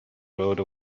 rode